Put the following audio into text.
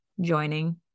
joining